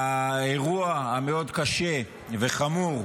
לאירוע המאוד קשה וחמור